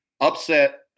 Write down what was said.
Upset